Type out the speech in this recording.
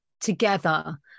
together